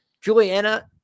Juliana